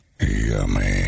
Yummy